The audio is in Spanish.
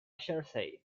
jersey